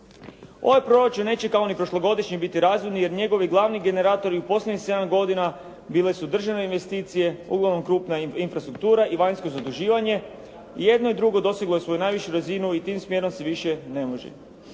Ovaj proračun neće kao ni prošlogodišnji biti razvojni, jer njegovi glavni generatori u posljednjih sedam godina bile su državne investicije, uglavnom krupna infrastruktura i vanjsko zaduživanje. Jedno i drugo doseglo je svoju najvišu sredinu i tim smjerom se više ne može.